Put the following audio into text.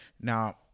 now